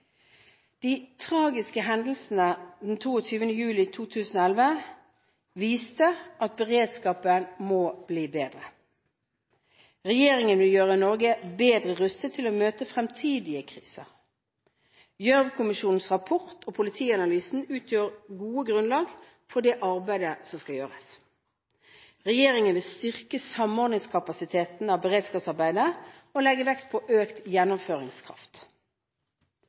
De tragiske hendelsene den 22. juli 2011 viste at beredskapen må bli bedre. Regjeringen vil gjøre Norge bedre rustet til å møte fremtidige kriser. Gjørv-kommisjonens rapport og politianalysen utgjør gode grunnlag for det arbeidet som skal gjøres. Regjeringen vil styrke samordningskapasiteten av beredskapsarbeidet og legge vekt på økt gjennomføringskraft.